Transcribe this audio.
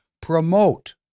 promote